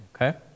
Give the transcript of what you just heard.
okay